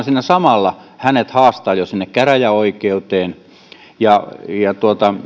siinä samalla hänet haastaa jo sinne käräjäoikeuteen